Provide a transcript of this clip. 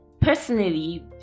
personally